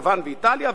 יוון ואיטליה,